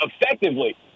effectively